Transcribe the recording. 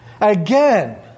Again